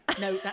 No